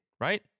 right